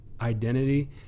identity